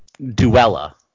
Duella